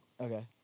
Okay